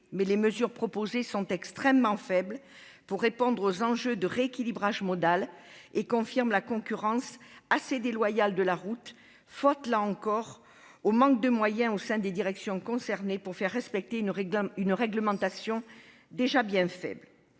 mais les mesures proposées sont trop timides pour répondre aux enjeux du rééquilibrage modal. Elles confirment la concurrence assez déloyale de la route, faute là encore de moyens au sein des directions concernées pour faire respecter une réglementation déjà bien imparfaite.